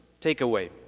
takeaway